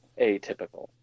Atypical